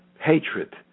hatred